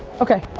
okay,